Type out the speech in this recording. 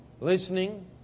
Listening